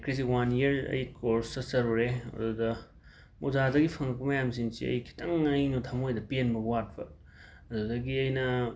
ꯍꯩꯔꯛꯀ꯭ꯔꯤꯁꯤ one year ꯑꯩ course ꯆꯠꯆꯔꯨꯔꯦ ꯑꯗꯨꯗ ꯑꯣꯖꯥꯗꯒꯤ ꯐꯪꯉꯛꯄ ꯃꯌꯥꯝꯁꯦ ꯑꯩ ꯈꯤꯛꯇꯪ ꯑꯩꯅ ꯊꯃꯣꯏꯗ ꯄꯦꯟꯕ ꯋꯥꯠꯄ ꯑꯗꯨꯗꯒꯤ ꯑꯩꯅ